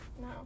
No